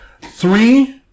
three